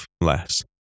less